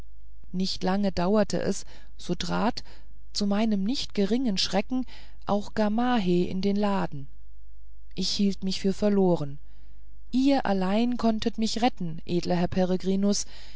nicht lange dauerte es so trat zu meinem nicht geringen schreck auch gamaheh in den laden ich hielt mich für verloren ihr allein konntet mich retten edler herr